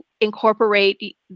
incorporate